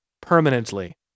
permanently